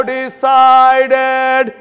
decided